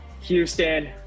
Houston